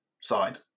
side